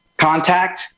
contact